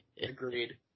Agreed